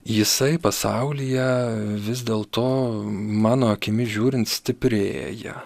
jisai pasaulyje vis dėl to mano akimis žiūrint stiprėja